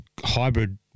hybrid